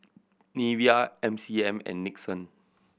Nivea M C M and Nixon